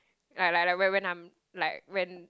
like like like when when I'm like when